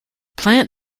plant